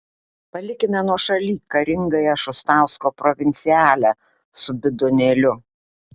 palikime nuošaly karingąją šustausko provincialę su bidonėliu